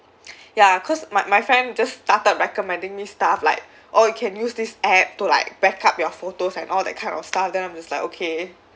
ya because my my friend just started recommending me stuff like oh you can use this app to like backup your photos and all that kind of stuff then I'm just like okay